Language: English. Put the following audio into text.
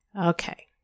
Okay